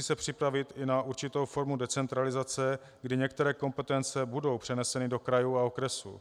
Musí se připravit i na určitou formu decentralizace, kdy některé kompetence budou přeneseny do krajů a okresů.